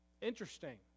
Interesting